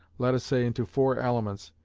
let us say into four elements,